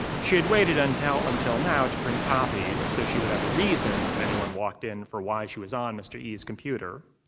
she had waited until until now to print copies so she would have a reason, if anyone walked in, for why she was on mr. yi's computer.